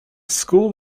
school